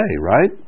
right